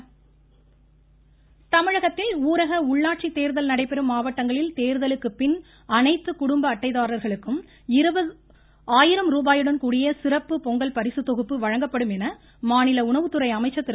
காமராஜ் தமிழகத்தில் ஊரக உள்ளாட்சித் தேர்தல் நடைபெறும் மாவட்டங்களில் தோ்தலுக்குப் பின் அனைத்து குடும்ப அட்டைதாரர்களுக்கும் ஆயிரம் ருபாயுடன் கூடிய சிறப்பு பொங்கல் பரிசுத்தொகுப்பு வழங்கப்படும் என மாநில உணவுத்துறை அமைச்சர் திரு